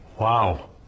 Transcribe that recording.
Wow